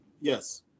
Yes